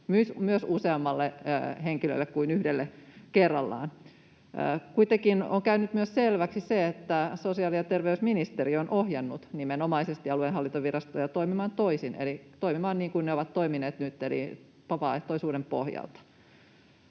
myös useammalle henkilölle kuin yhdelle kerrallaan. Kuitenkin on käynyt selväksi myös se, että sosiaali- ja terveysministeriö on nimenomaisesti ohjannut aluehallintovirastoja toimimaan toisin eli toimimaan niin kuin ne ovat toimineet nyt eli vapaaehtoisuuden pohjalta.